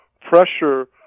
pressure